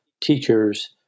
teachers